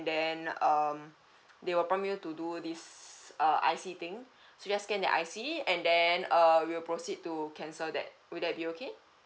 then um they will prompt you to do this uh I_C thing just scan their I_C and then err we'll proceed to cancel that will that be okay